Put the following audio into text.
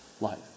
life